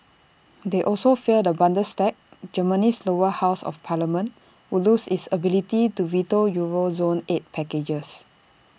they also fear the Bundestag Germany's lower house of parliament would lose its ability to veto euro zone aid packages